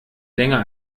länger